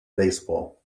baseball